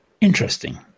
interesting